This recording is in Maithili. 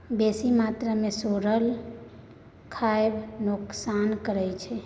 बेसी मात्रा मे सोरल खाएब नोकसान करै छै